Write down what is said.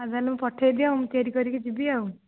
ହେଉ ତା'ହେଲେ ପଠାଇ ଦିଅ ମୁଁ ତିଆରି କରିକି ଯିବି ଆଉ